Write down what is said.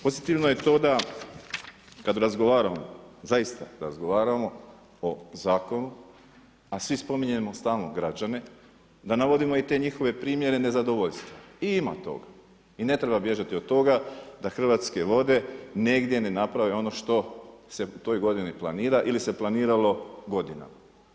Pozitivno je to da kad razgovaramo, zaista razgovaramo o zakonu a svi spominjemo stalno građane da navodimo i te njihove primjene nezadovoljstva, i ima toga i ne treba bježati od toga da Hrvatske vode negdje ne naprave ono što se u toj godini planira ili se planiralo godinama.